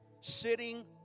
sitting